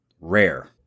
Rare